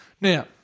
Now